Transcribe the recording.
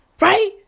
Right